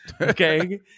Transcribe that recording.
Okay